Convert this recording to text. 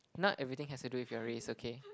not everything has to do with your race okay